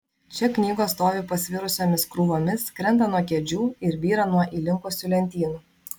čia knygos stovi pasvirusiomis krūvomis krenta nuo kėdžių ir byra nuo įlinkusių lentynų